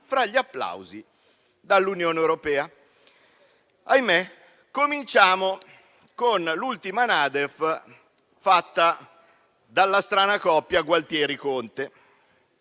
tra gli applausi dall'Unione europea. Ahimè, cominciamo con l'ultima NADEF fatta dalla strana coppia Gualtieri-Conte.